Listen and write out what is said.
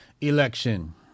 Election